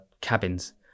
cabins